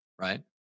Right